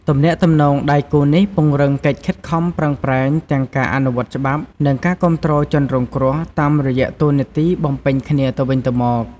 ទំនាក់ទំនងដៃគូនេះពង្រឹងកិច្ចខិតខំប្រឹងប្រែងទាំងការអនុវត្តច្បាប់ និងការគាំទ្រជនរងគ្រោះ តាមរយៈតួនាទីបំពេញគ្នាទៅវិញទៅមក។